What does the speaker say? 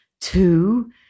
two